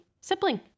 sibling